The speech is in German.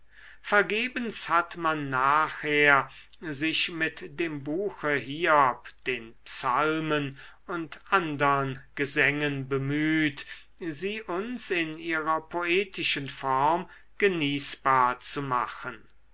vergebens hat man nachher sich mit dem buche hiob den psalmen und andern gesängen bemüht sie uns in ihrer poetischen form genießbar zu machen